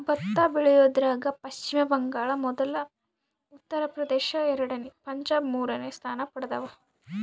ಭತ್ತ ಬೆಳಿಯೋದ್ರಾಗ ಪಚ್ಚಿಮ ಬಂಗಾಳ ಮೊದಲ ಉತ್ತರ ಪ್ರದೇಶ ಎರಡನೇ ಪಂಜಾಬ್ ಮೂರನೇ ಸ್ಥಾನ ಪಡ್ದವ